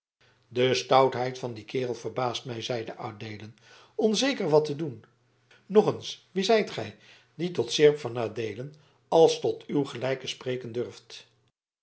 de stoutheid van dien kerel verbaast mij zeide adeelen onzeker wat te doen nog eens wie zijt gij die tot seerp van adeelen als tot uw gelijke spreken durft